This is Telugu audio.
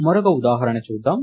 మరొక ఉదాహరణ చూద్దాం